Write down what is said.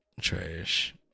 Trash